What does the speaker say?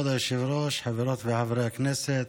כבוד היושב-ראש, חברות וחברי הכנסת,